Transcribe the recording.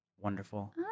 Wonderful